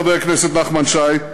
חבר הכנסת נחמן שי,